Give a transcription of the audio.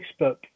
Facebook